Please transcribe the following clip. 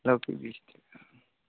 लौकी दै छी